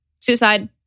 suicide